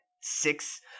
six –